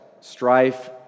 Strife